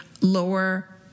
lower